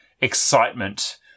excitement